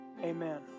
Amen